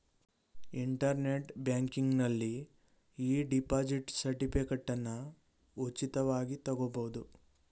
internet ಬ್ಯಾಂಕಿಂಗ್ನಲ್ಲಿ e deposit ಸರ್ಟಿಫಿಕೇಟನ್ನ ಉಚಿತವಾಗಿ ತಗೊಬೋದು